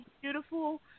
beautiful